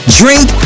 drink